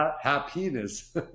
Happiness